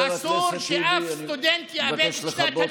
אסור שאף סטודנט יאבד את שנת הלימודים.